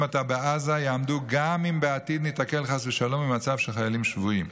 עתה בעזה יעמדו גם אם בעתיד ניתקל חס ושלום במצב של חיילים שבויים.